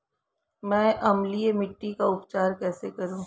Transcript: मैं अम्लीय मिट्टी का उपचार कैसे करूं?